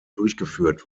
durchgeführt